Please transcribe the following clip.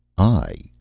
i,